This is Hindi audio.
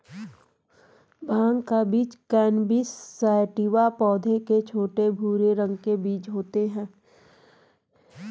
भाँग का बीज कैनबिस सैटिवा पौधे के छोटे, भूरे रंग के बीज होते है